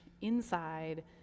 inside